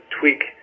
tweak